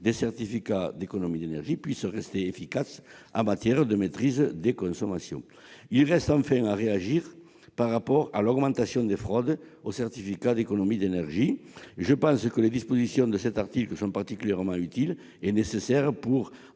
des certificats d'économies d'énergie puisse rester efficace en matière de maîtrise des consommations. Il reste enfin à réagir face à l'augmentation des fraudes aux certificats d'économies d'énergie. Les dispositions de cet article me semblent particulièrement utiles et nécessaires pour